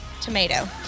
Tomato